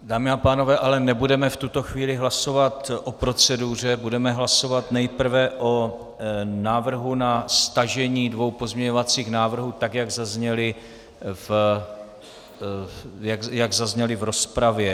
Dámy a pánové, ale nebudeme v tuto chvíli hlasovat o proceduře, budeme hlasovat nejprve o návrhu na stažení dvou pozměňovacích návrhů, tak jak zazněly v rozpravě.